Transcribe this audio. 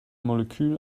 molekül